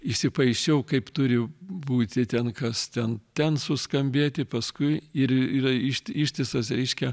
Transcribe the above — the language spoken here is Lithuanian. įsipaišiau kaip turi būti ten kas ten ten suskambėti paskui ir yra išti ištisas reiškia